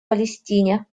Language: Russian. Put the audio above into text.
палестине